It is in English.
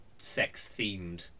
Sex-themed